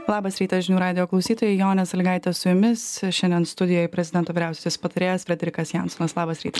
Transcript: labas rytas žinių radijo klausytoja jonė sąlygaitė su jumis šiandien studijoj prezidento vyriausiasis patarėjas frederikas jansonas labas rytas